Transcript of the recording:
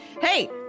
Hey